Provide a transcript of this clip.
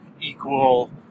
equal